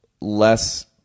less